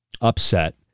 upset